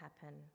happen